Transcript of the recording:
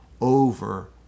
Over